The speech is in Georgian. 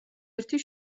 ერთი